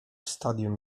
stadium